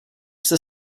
jste